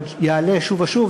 ועוד יעלה שוב ושוב,